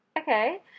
okay